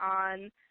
on